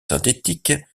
synthétiques